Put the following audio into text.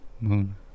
Moon